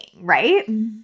right